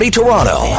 Toronto